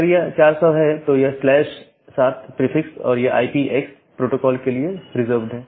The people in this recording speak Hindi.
अगर यह 400 है तो यह स्लैश 7 प्रीफिक्स और यह आई पी एक्स प्रोटोकॉल के लिए रिजर्व्ड है